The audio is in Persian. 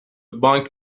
بانک